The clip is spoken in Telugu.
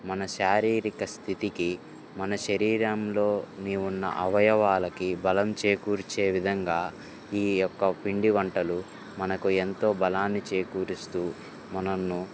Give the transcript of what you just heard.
మన శారీరిక స్థితికి మన శరీరంలో ఉన్న అవయవాలకి బలం చేకూర్చే విధంగా ఈ యొక్క పిండి వంటలు మనకు ఎంతో బలాన్ని చేకూరుస్తు మనల్ని